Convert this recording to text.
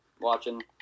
watching